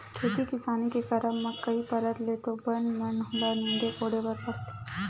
खेती किसानी के करब म कई परत ले तो बन मन ल नींदे कोड़े बर परथे